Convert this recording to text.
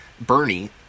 Bernie